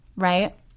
right